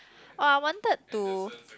oh I wanted to